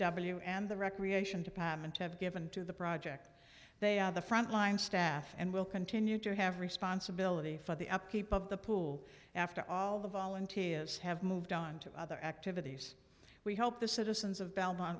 w and the recreation department have given to the project they are the frontline staff and will continue to have responsibility for the upkeep of the pool after all the volunteers have moved on to other activities we hope the citizens of belmont